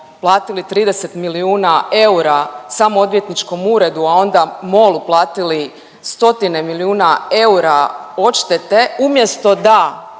platili 30 milijuna eura samo odvjetničkom uredu, a onda MOL-u platili stotine milijuna eura odštete umjesto da